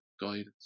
guidance